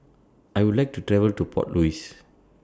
I Would like to travel to Port Louis